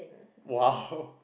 !wow!